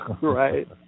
Right